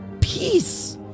peace